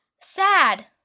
Sad